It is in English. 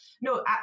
no